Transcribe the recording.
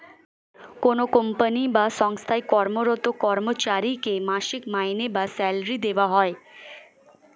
কোনো কোম্পানি বা সঙ্গস্থায় কর্মরত কর্মচারীকে মাসিক মাইনে বা স্যালারি দেওয়া হয়